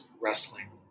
wrestling